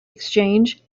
exchange